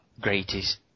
greatest